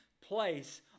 place